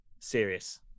Serious